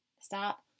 Stop